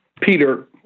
Peter